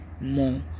more